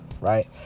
right